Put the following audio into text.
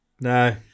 no